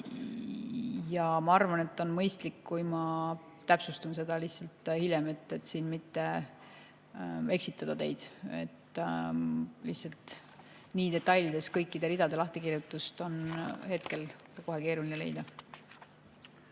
Aga ma arvan, et on mõistlik, kui ma täpsustan seda hiljem, et siin mitte eksitada teid. Lihtsalt detailides kõikide ridade lahtikirjutust on kohe keeruline leida.